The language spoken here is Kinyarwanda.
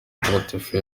mutagatifu